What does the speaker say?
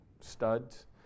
studs